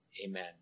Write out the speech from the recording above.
amen